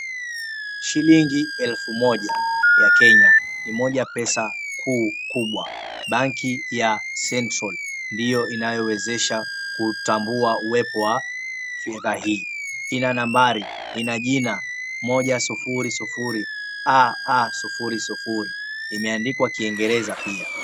Shilingi elfu moja ya Kenya ni moja pesa kuu kubwa. Banki ya Central ndio inayowezesha kutambua uwepo wa fedha hii. Ina nambari, ina jina 100AA00. Imeandikwa kiingereza pia.